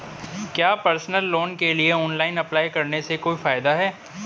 क्या personal loan के लिए ऑनलाइन अप्लाई करने से कोई फायदा है?